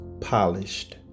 polished